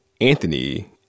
Anthony